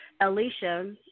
Alicia